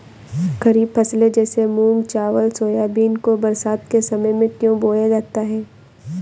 खरीफ फसले जैसे मूंग चावल सोयाबीन को बरसात के समय में क्यो बोया जाता है?